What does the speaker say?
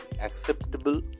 acceptable